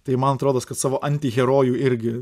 tai man atrodos kad savo antiherojų irgi